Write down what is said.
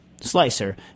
Slicer